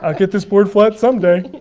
ah get this board flat some day.